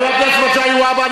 חבר הכנסת מגלי והבה,